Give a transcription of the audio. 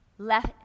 left